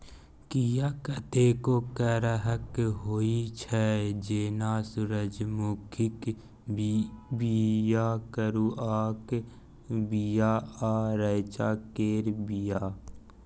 बीया कतेको करहक होइ छै जेना सुरजमुखीक बीया, मरुआक बीया आ रैंचा केर बीया